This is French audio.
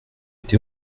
été